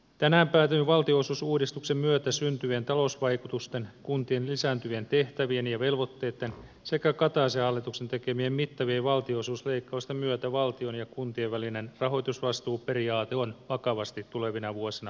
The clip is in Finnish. tänään päätetyn valtionosuusuudistuksen myötä syntyvien talousvaikutusten kuntien lisääntyvien tehtävien ja velvoitteitten sekä kataisen hallituksen tekemien mittavien valtionosuusleikkausten myötä valtion ja kuntien välinen rahoitusvastuuperiaate on tulevina vuosina vakavasti uhattuna